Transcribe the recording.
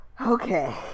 okay